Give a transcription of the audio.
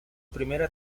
primera